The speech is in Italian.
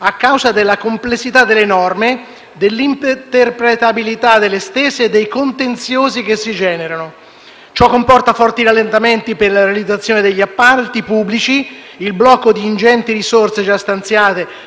a causa della complessità delle norme, dell'interpretabilità delle stesse e dei contenziosi che si generano. Ciò comporta forti rallentamenti per la realizzazione degli appalti pubblici, il blocco di ingenti risorse già stanziate